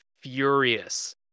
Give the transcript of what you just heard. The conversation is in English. furious